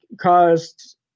caused